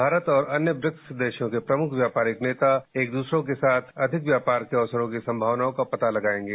भारत और अन्य ब्रिक्स देशों के प्रमुख व्यापारिक नेता एक दूसरे के साथ अधिक व्यापार के अवसरों की संभावनाओं का पता लगाएंगे